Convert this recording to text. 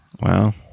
Wow